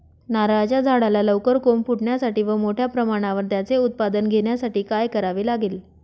नारळाच्या झाडाला लवकर कोंब फुटण्यासाठी व मोठ्या प्रमाणावर त्याचे उत्पादन घेण्यासाठी काय करावे लागेल?